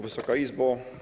Wysoka Izbo!